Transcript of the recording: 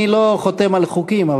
אני לא חותם על חוקים,